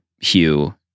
Hugh